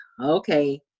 Okay